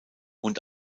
und